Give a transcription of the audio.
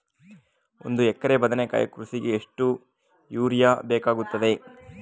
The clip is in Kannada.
ಒಂದು ಎಕರೆ ಬದನೆಕಾಯಿ ಕೃಷಿಗೆ ಎಷ್ಟು ಯೂರಿಯಾ ಬೇಕಾಗುತ್ತದೆ?